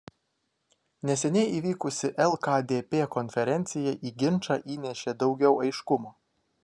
neseniai įvykusi lkdp konferencija į ginčą įnešė daugiau aiškumo